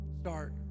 Start